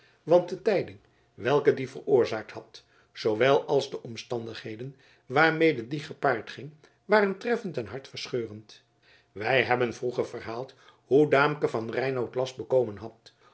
want de tijding welke die veroorzaakt had zoowel als de omstandigheden waarmede die gepaard ging waren treffend en hartverscheurend wij hebben vroeger verhaald hoe daamke van reinout last bekomen had